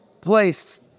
place